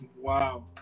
Wow